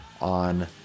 on